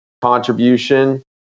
contribution